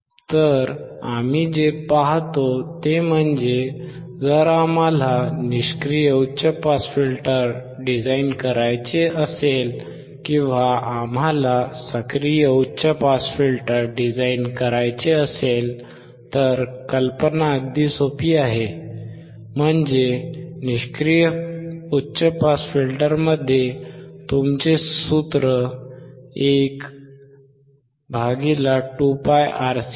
तर आम्ही जे पाहतो ते म्हणजे जर आम्हाला निष्क्रिय उच्च पास फिल्टर डिझाइन करायचे असेल किंवा आम्हाला सक्रिय उच्च पास फिल्टर डिझाइन करायचे असेल तर कल्पना अगदी सोपी आहे म्हणजे निष्क्रिय उच्च पास फिल्टरमध्ये तुमचे सूत्र 12πRC आहे